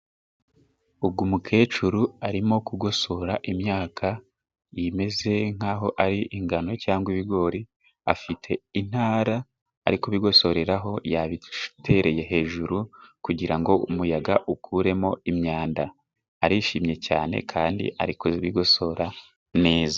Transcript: Uyu mukecuru arimo kugosora imyaka imeze nk'aho ari ingano cyangwa ibigori. Afite intara ari kubigosoreraho, yabitereye hejuru kugira ngo umuyaga ukuremo imyanda. Arishimye cyane kandi ari kubigosora neza.